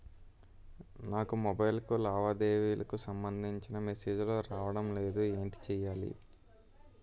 నాకు మొబైల్ కు లావాదేవీలకు సంబందించిన మేసేజిలు రావడం లేదు ఏంటి చేయాలి?